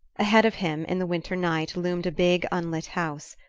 ahead of him, in the winter night, loomed a big unlit house.